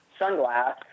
sunglass